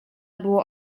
było